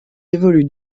évolue